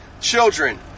children